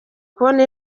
kubona